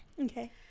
Okay